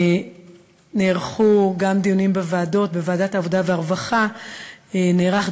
נערכו גם דיונים בוועדות: בוועדת העבודה והרווחה נערך